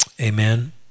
Amen